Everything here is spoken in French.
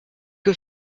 que